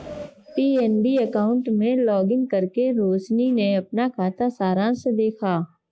PNB account में login करके रोशनी ने अपना खाता सारांश देखा